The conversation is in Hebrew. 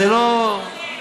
זה לא עובד,